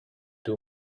two